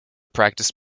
practice